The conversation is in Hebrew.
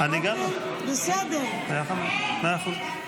היה 5. מאה אחוז.